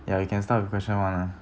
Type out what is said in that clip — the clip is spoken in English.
ya you can start with question one ah